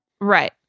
Right